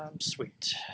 sweet